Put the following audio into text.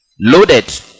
Loaded